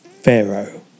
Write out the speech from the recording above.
Pharaoh